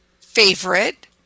favorite